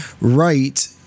right